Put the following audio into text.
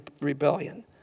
rebellion